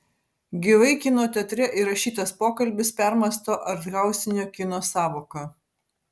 gyvai kino teatre įrašytas pokalbis permąsto arthausinio kino sąvoką